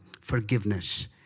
forgiveness